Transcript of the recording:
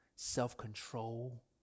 Self-control